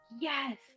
yes